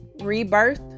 rebirth